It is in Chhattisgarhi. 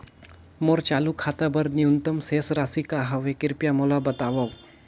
मोर चालू खाता बर न्यूनतम शेष राशि का हवे, कृपया मोला बतावव